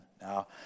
Now